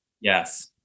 Yes